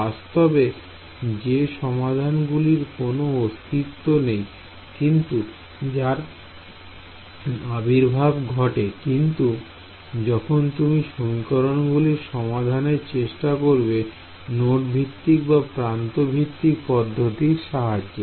বাস্তবে যে সমাধান গুলির কোন অস্তিত্ব নেই কিন্তু যার আবির্ভাব ঘটে যখন তুমি সমীকরণগুলির সমাধানের চেষ্টা করবে নোড ভিত্তিক বা প্রান্ত ভিত্তিক পদ্ধতির সাহায্যে